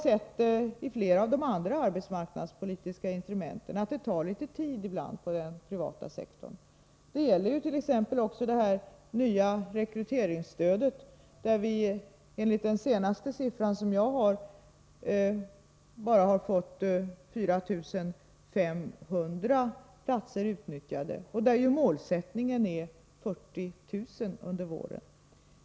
Beträffande flera av de andra arbetsmarknadspolitiska instrumenten har vi sett att det ibland tar litet tid inom den privata sektorn. Det gäller t.ex. det nya rekryteringsstödet, där vi, enligt den senaste uppgift som jag har, bara har fått 4500 platser utnyttjade och där målsättningen är 40000 platser under våren.